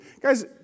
Guys